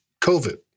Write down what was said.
COVID